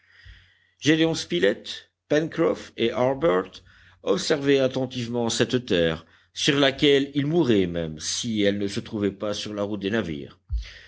longues années sur laquelle ils mourraient même si elle ne se trouvait pas sur la route des navires